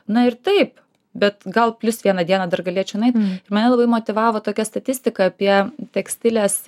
na ir taip bet gal plius vieną dieną dar galėčiau nueit ir mane labai motyvavo tokia statistika apie tekstilės